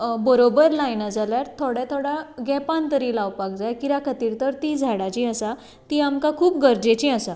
बरोबर लायना जाल्यार थोड्या थोड्या गॅपान तरी लावपाक जाय किऱ्या खातीर तर तीं झाडां जीं आसा तीं आमकां खूब गरजेचीं आसा